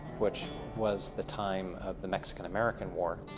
which was the time of the mexican american war.